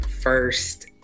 first